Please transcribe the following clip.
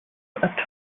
atop